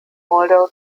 moldau